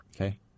Okay